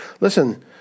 Listen